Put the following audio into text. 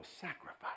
sacrifice